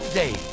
day